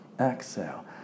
exhale